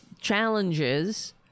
challenges